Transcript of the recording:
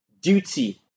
duty